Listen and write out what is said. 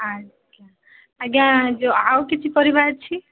ଆଜ୍ଞା ଆଜ୍ଞା ଯେଉଁ ଆଉ କିଛି ପରିବା ଅଛି